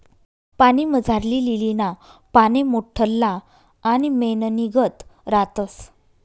पाणीमझारली लीलीना पाने मोठल्ला आणि मेणनीगत रातस